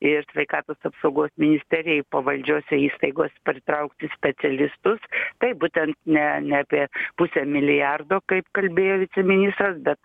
ir sveikatos apsaugos ministerijai pavaldžiose įstaigos pritraukti specialistus taip būtent ne ne apie pusę milijardo kaip kalbėjo viceministras bet